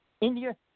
India